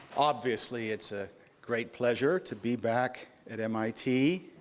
obviously, it's a great pleasure to be back at mit,